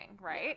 right